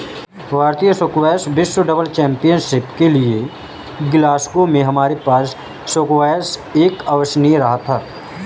भारतीय स्क्वैश विश्व doubles championship के लिएग्लासगो में हमारे पास स्क्वैश एक अविश्वसनीय रहा है